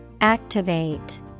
Activate